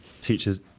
teachers